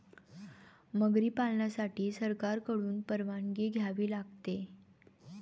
मगरी पालनासाठी सरकारकडून परवानगी घ्यावी लागते